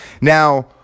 Now